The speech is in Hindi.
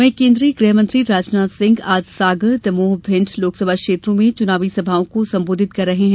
वहीं केन्द्रीय गृहमंत्री राजनाथ सिंह आज सागर दमोह भिण्ड लोकसभा क्षेत्रों में चुनावी जनसभाओं को संबोधित कर रहे हैं